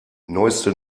neueste